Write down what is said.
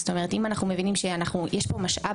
זאת אומרת אם אנחנו מבינים שיש פה משאב